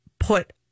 put